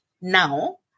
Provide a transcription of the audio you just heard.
now